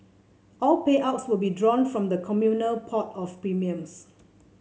all payouts will be drawn from the communal pot of premiums